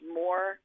more